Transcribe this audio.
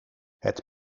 het